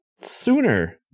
sooner